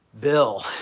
Bill